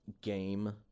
game